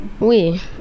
Oui